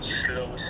slow